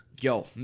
Yo